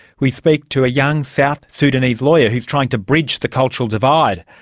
we speak to a young south sudanese lawyer who is trying to bridge the cultural divide.